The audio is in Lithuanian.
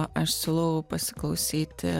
aš siūlau pasiklausyti